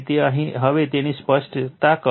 તેથી હવે તેવી જ રીતે સ્પષ્ટ કરો